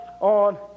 on